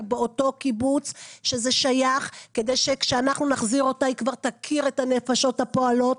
באותו קיבוץ כדי שכשאנחנו נחזיר אותה היא כבר תכיר את הנפשות הפועלות.